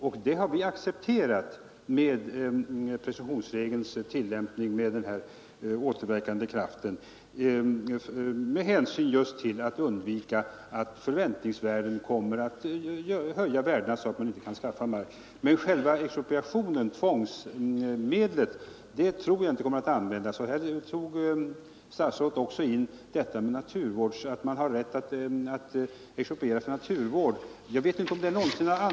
Också vi har accepterat detta med presumtionsregelns tillämpning som den återhållande kraften just för att undvika att förväntningsvärdena höjer priserna så att kommunerna inte kan skaffa mark. Men själva expropriationen, tvångsmedlet, tror jag inte kommer att användas. Statsrådet tog också upp att man har rätt att expropriera för naturvård. Jag vet inte om det någonsin har skett.